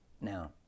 Now